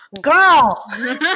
Girl